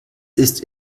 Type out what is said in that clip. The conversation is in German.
ist